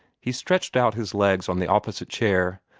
he stretched out his legs on the opposite chair,